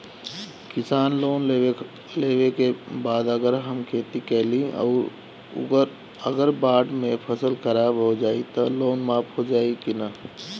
किसान लोन लेबे के बाद अगर हम खेती कैलि अउर अगर बाढ़ मे फसल खराब हो जाई त लोन माफ होई कि न?